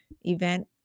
event